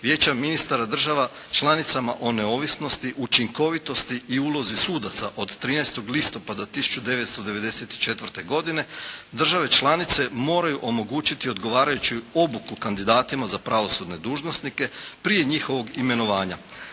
Vijeća ministara država članicama o neovisnosti, učinkovitosti i ulozi sudaca od 13. listopada 1994. godine, države članice moraju omogućiti odgovarajuću obuku kandidatima za pravosudne dužnosnike, prije njihovog imenovanja.